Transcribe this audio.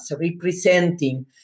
representing